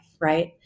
Right